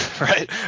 right